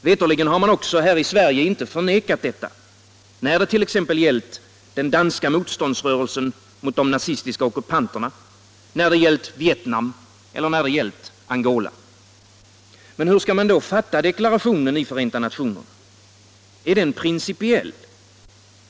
Veterligen har man här i Sverige inte förnekat detta när det t.ex. gällt den danska motståndsrörelsen mot de nazistiska ockupanterna, när det gällt Vietnam eller när det gällt Angola. Men hur skall man då fatta deklarationen i Förenta nationerna? Är den principiell?